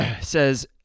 says